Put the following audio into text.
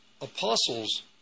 apostles